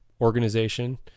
organization